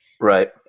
Right